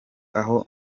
aho